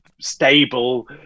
stable